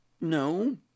No